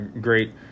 great